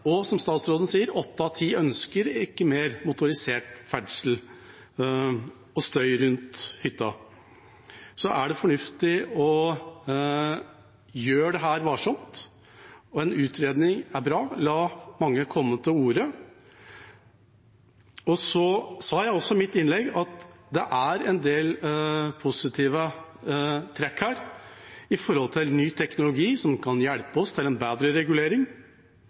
og som statsråden sier, er det åtte av ti som ikke ønsker mer motorisert ferdsel og støy rundt hytta – å gjøre dette varsomt. En utredning er bra. La mange komme til orde. Jeg sa også i mitt innlegg at det er en del positive trekk her når det gjelder ny teknologi som kan hjelpe oss til en bedre regulering,